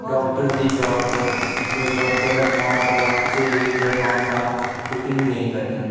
doctor दी job कर कोई डाक्टर दा फार्म भरा किसे चीजै दा फार्म भरा कुकिंग नेईं करनी